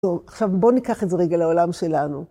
טוב, עכשיו בואו ניקח את זה רגע לעולם שלנו.